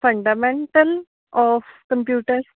fundamental of computer